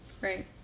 Right